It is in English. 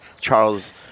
Charles